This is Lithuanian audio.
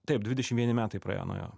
taip dvidešim vieni metai praėjo nuo jo